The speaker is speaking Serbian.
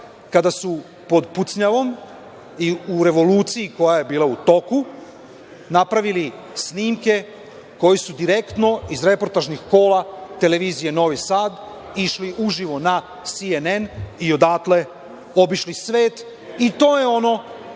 kada su pod pucnjavom i u revoluciji koja je bila u toku napravili snimke koji su direktno iz reportažnih kola Televizije Novi Sad išli uživo na „CNN“ i odatle obišli svet. To je ono